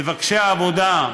מבקשי עבודה,